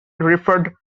referred